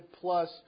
plus